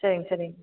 சரிங்க சரிங்க